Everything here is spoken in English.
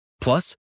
Plus